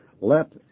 let